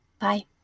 Bye